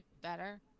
better